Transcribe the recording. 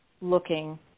looking